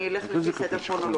אני אלך לפי סדר כרונולוגי: